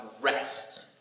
rest